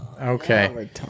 Okay